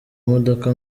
modoka